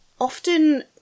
often